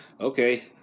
Okay